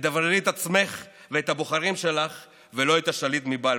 תדבררי את עצמך ואת הבוחרים שלך ולא את השליט מבלפור.